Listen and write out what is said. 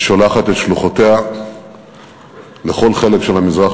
היא שולחת את שלוחותיה לכל חלק של המזרח